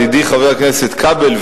ידידי חבר הכנסת כבל,